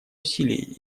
усилий